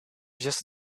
just